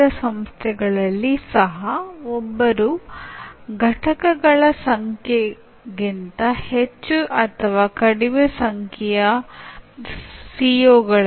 ಈ ಅಂಶಗಳು ವಿಭಿನ್ನ ವ್ಯಕ್ತಿಗಳಿಗೆ ಭಿನ್ನವಾಗಿರುವುದರಿಂದ ಏನಾಗಬಹುದು ಎಂದರೆ ಸಂಘಟಿತ ಕಲಿಕೆಯ ಅನುಭವದ ಸಮಯದಲ್ಲಿ ಕಲಿಕೆಯು ನಿರ್ದಿಷ್ಟವಾಗಿ ಎಲ್ಲರಿಗೂ ಒಂದೇ ರೀತಿಯಲ್ಲಿ ಇರುವುದಿಲ್ಲ